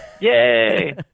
Yay